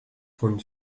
von